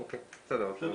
אוקיי, בסדר.